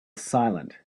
silent